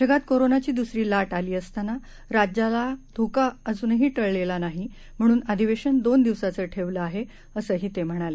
जगात कोरोनाची दुसरी लाट आली असताना राज्यातला धोकाही अजून टळलेला नाही म्हणून अधिवेशन दोन दिवसांचं ठेवलं आहेअसंही ते म्हणाले